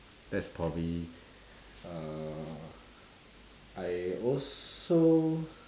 that's probably uh I also